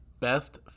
best